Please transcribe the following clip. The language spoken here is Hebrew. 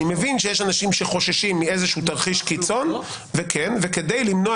אני מבין שיש אנשים שחוששים מתרחיש קיצון וכדי למנוע